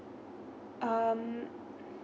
um